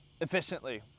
efficiently